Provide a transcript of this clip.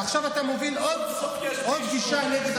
ועכשיו אתה מוביל עוד גישה נגד,